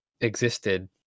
existed